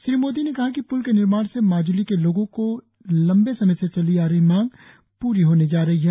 श्री मोदी ने कहा कि प्ल के निर्माण से माज्ली के लोगों की लंबे समय से चली आ रही मांग पूरी होने जा रही है